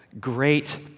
great